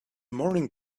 morning